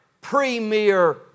premier